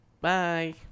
Bye